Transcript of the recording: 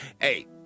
hey